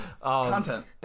content